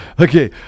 Okay